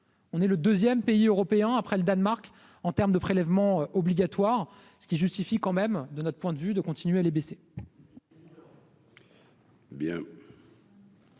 On est le 2ème pays européen après le Danemark en terme de prélèvements obligatoires, ce qui justifie quand même de notre point de vue de continuer les baisser.